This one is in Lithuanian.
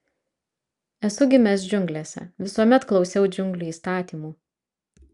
esu gimęs džiunglėse visuomet klausiau džiunglių įstatymų